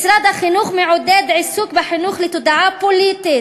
משרד החינוך מעודד עיסוק בחינוך לתודעה פוליטית